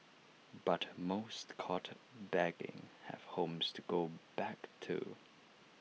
but most caught begging have homes to go back to